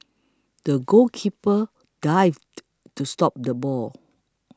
the goalkeeper dived to stop the ball